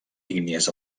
ígnies